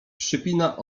przypina